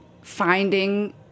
finding